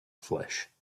flesh